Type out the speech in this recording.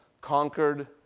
conquered